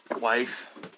wife